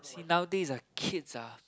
nowadays ah kids ah